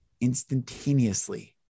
instantaneously